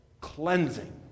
cleansing